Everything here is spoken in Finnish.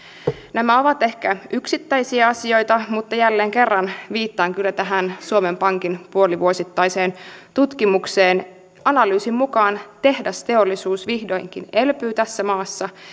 nämä ovat ehkä yksittäisiä asioita mutta jälleen kerran viittaan kyllä tähän suomen pankin puolivuosittaiseen tutkimukseen analyysin mukaan tehdasteollisuus vihdoinkin elpyy tässä maassa